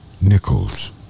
Nichols